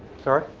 sorry.